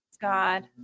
god